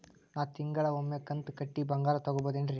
ನಾ ತಿಂಗಳಿಗ ಒಮ್ಮೆ ಕಂತ ಕಟ್ಟಿ ಬಂಗಾರ ತಗೋಬಹುದೇನ್ರಿ?